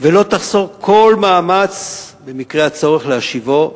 ולא תחסוך כל מאמץ במקרה הצורך להשיבו,